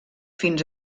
fins